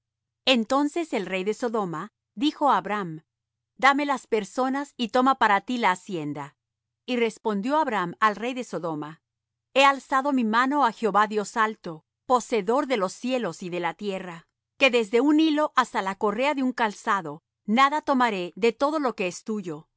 entonces el rey de sodoma dijo á abram dame las personas y toma para ti la hacienda y respondió abram al rey de sodoma he alzado mi mano á jehová dios alto poseedor de los cielos y de la tierra que desde un hilo hasta la correa de un calzado nada tomaré de todo lo que es tuyo